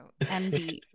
MD